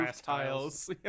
tiles